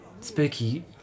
Spooky